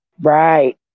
right